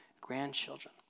grandchildren